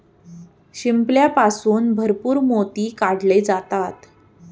शिंपल्यापासून भरपूर मोती काढले जातात